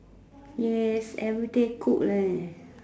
yes everyday cook